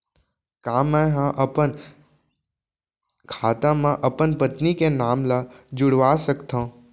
का मैं ह अपन खाता म अपन पत्नी के नाम ला जुड़वा सकथव?